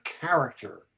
character